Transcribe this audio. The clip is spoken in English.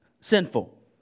sinful